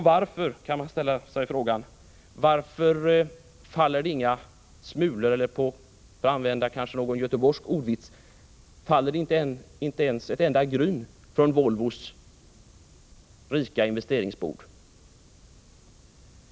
Varför, kan man fråga sig, faller det inga smulor eller — för att använda en göteborgsk ordvits — ens ett enda gryn från Volvos rika investeringsbord på oss?